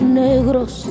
negros